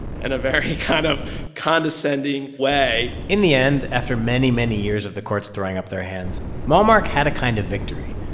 and a very kind of condescending way in the end, after many, many years of the courts throwing up their hands, malmark had a kind of victory.